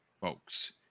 folks